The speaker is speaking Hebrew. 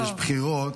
כשיש בחירות,